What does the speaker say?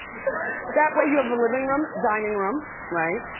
that way you have a living room, dining room, right?